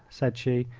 said she.